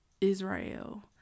Israel